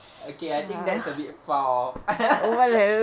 okay I think that's a bit far oh